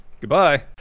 Goodbye